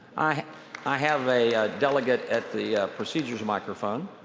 i i have a delegate at the procedures microphone.